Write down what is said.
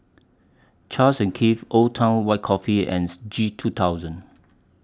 Charles and Keith Old Town White Coffee and G two thousand